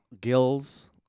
Gill's